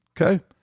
Okay